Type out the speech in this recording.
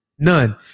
none